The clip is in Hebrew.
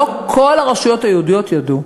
לא כל הרשויות היהודיות ידעו.